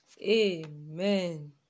Amen